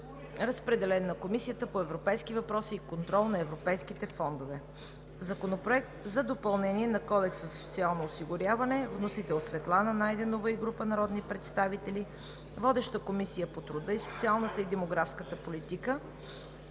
Разпределен е на Комисията по европейски въпроси и контрол на европейските фондове. Законопроект за допълнение на Кодекса за социално осигуряване. Вносител е Светлана Найденова и група народни представители. Водеща е Комисията по труда, социалната и демографската политика.